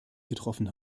getroffen